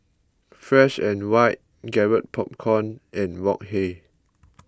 Fresh and White Garrett Popcorn and Wok Hey